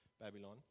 Babylon